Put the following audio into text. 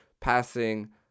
passing